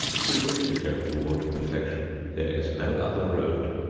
if we wish to go toward perfection, there is no other road.